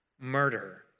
murder